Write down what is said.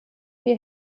wir